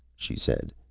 she said.